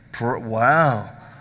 Wow